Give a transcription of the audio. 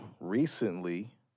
recently